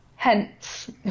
Hence